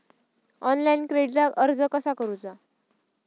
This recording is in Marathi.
ऑनलाइन क्रेडिटाक अर्ज कसा करुचा?